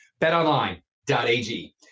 BetOnline.ag